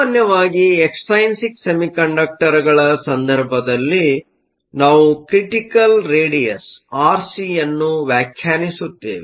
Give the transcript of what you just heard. ಸಾಮಾನ್ಯವಾಗಿ ಎಕ್ಸ್ಟ್ರೈನ್ಸಿಕ್ ಸೆಮಿಕಂಡಕ್ಟರ್ಗಳ ಸಂದರ್ಭದಲ್ಲಿ ನಾವು ಕ್ರಿಟಿಕಲ್ ರೇಡಿಯಸ್ ಆರ್ಸಿಯನ್ನು ವ್ಯಾಖ್ಯಾನಿಸುತ್ತೇವೆ